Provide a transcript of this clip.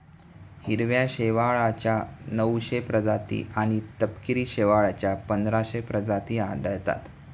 हिरव्या शेवाळाच्या नऊशे प्रजाती आणि तपकिरी शेवाळाच्या पंधराशे प्रजाती आढळतात